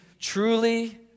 truly